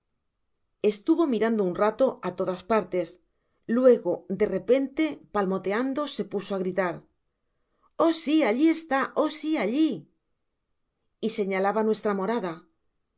estuvo mirando un rato á todas partes luego de repente palmo teando se puso á gritar oh si allí está oh si allí y señalaba nuestra morada